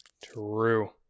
True